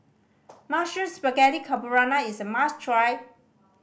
Mushroom Spaghetti Carbonara is a must try